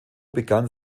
begann